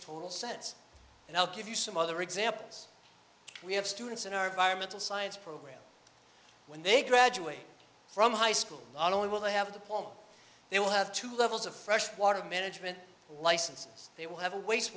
total sense and i'll give you some other examples we have students in our environmental science program when they graduate from high school not only will they have the form they will have two levels of fresh water management licenses they will have a